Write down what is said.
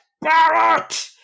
Barrett